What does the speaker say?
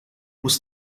muss